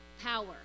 power